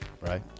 right